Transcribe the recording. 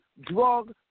drug